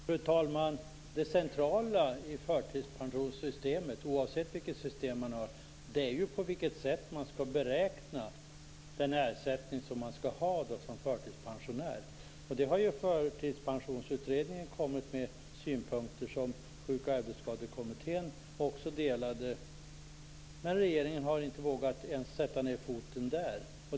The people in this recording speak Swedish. Fru talman! Det centrala i förtidspensionssystemet, oavsett vilket system man har, är på vilket sätt man skall beräkna den ersättning man skall ha som förtidspensionär. Detta har Förtidspensionsutredningen kommit med synpunkter på, vilka också Sjuk och arbetsskadekommittén delade, men regeringen har inte vågat sätta ned foten ens där.